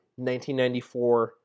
1994